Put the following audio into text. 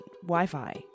Wi-Fi